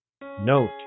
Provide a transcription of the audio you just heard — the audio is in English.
Note